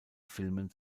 filmen